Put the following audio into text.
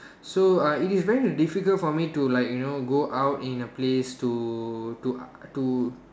so uh it is very difficult for me to like you know go out in a place to to uh to